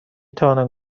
توانم